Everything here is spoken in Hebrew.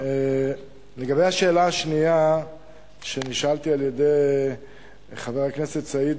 לגבי השאלה השנייה שנשאלתי על-ידי חבר הכנסת סעיד